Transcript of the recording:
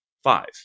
five